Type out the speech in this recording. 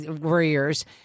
warriors